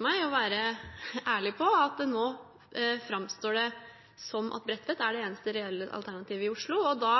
meg å være ærlig på at nå framstår det som at Bredtvet er det eneste reelle alternativet i Oslo. Da